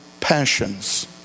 passions